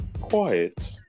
quiet